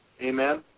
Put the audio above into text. Amen